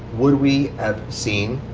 would we have seen,